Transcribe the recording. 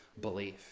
belief